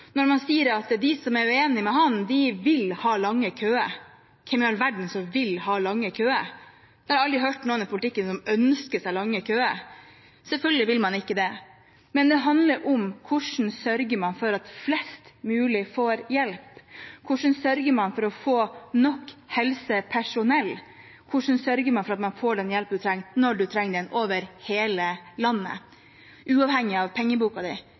uenige med ham, vil ha lange køer. Hvem i all verden er det som vil ha lange køer? Jeg har aldri hørt noen i politikken som ønsker seg lange køer. Selvfølgelig vil man ikke det. Det det handler om, er: Hvordan sørger man for at flest mulig får hjelp? Hvordan sørger man for å få nok helsepersonell? Hvordan sørger man for at man får den hjelpen man trenger, når man trenger den, over hele landet, uavhengig av pengeboka?